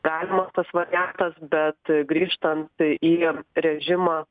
galimas tas variantas bet grįžtant į režimą